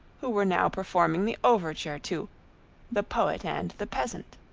who were now performing the overture to the poet and the peasant.